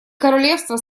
королевство